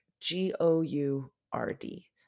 G-O-U-R-D